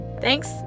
thanks